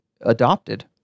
adopted